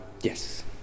Yes